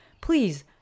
please